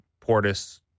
Portis